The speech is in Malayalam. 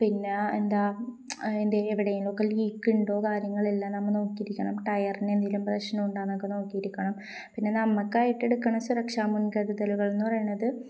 പിന്നെ എന്താണ് അതിന്റെ എവിടെയെങ്കിലുമൊക്കെ ലീക്കുണ്ടോ കാര്യങ്ങളെല്ലാം നമ്മള് നോക്കിയിരിക്കണം ടയറിന് എന്തെങ്കിലും പ്രശ്നമുണ്ടോയെന്നൊക്കെ നോക്കിയിരിക്കണം പിന്നെ നമുക്കായിട്ട് എടുക്കുന്ന സുരക്ഷാ മുൻകരുതലുകളെന്ന് പറയുന്നത്